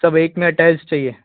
सब एक में अटैच चाहिए